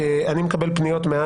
אני מקבל פניות,